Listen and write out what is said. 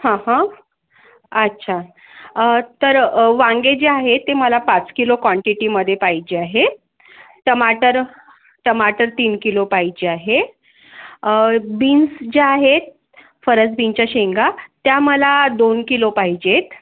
हं हं अच्छा अं तर अ वांगे जे आहे ते मला पाच किलो क्वांटिटीमधे पाहिजे आहेत टमाटर टमाटर तीन किलो पाहिजे आहे अं बीन्स जे आहेत फरस बीनच्या शेंगा त्या मला दोन किलो पाहिजेत